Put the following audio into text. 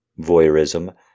Voyeurism